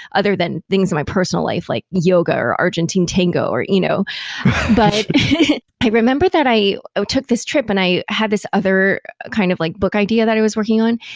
other than things in my personal life like yoga, or argentine tango, or you know but i remembered that i i took this trip and i had this other kind of like book idea that i was working on,